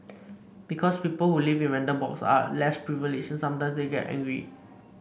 because people who live in rental blocks are less privileged sometimes they get angry